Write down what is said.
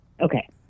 Okay